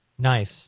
Nice